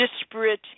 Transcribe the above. disparate